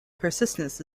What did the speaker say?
persistence